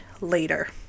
later